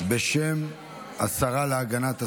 בשם השרה להגנת הסביבה,